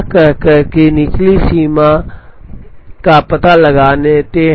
तो अब हम कोशिश करते हैं और शाखा और बाउंड ट्री के इन चार भारों में से प्रत्येक के लिए निचली सीमा का पता लगाते हैं